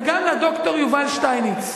וגם לד"ר יובל שטייניץ.